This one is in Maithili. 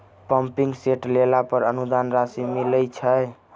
पम्पिंग सेट लेला पर अनुदान राशि मिलय छैय?